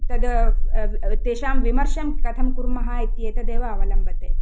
तत् तेषां विमर्शं कथं कुर्मः इत्येतदेव अवलम्बते